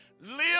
live